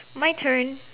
my turn